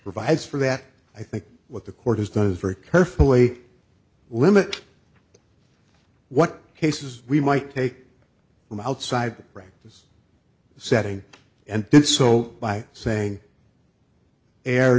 provides for that i think what the court has does very carefully limit what cases we might take from outside the right setting and did so by saying err